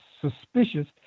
suspicious